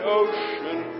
ocean